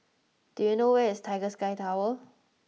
do you know where is Tiger Sky Tower